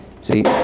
See